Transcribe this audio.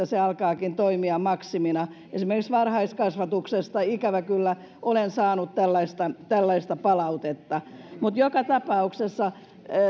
se alkaakin toimia maksimina esimerkiksi varhaiskasvatuksesta ikävä kyllä olen saanut tällaista tällaista palautetta mutta joka tapauksessa